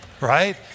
Right